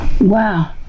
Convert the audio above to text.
Wow